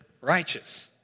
righteous